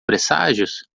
presságios